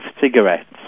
cigarettes